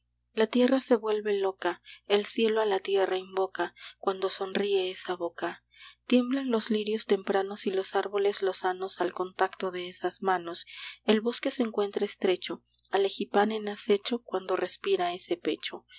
la tierra se vuelve loca el cielo a la tierra invoca cuando sonríe esa boca tiemblan los lirios tempranos y los árboles lozanos al contacto de esas manos el bosque se encuentra estrecho al egipán en acecho cuando respira ese pecho